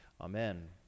Amen